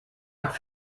hat